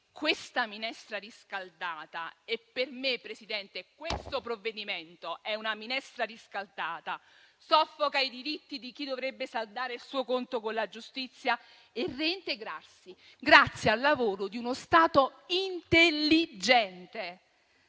detenzione carceraria, perché per me questo provvedimento è una minestra riscaldata, che soffoca i diritti di chi dovrebbe saldare il suo conto con la giustizia e reintegrarsi grazie al lavoro di uno Stato intelligente.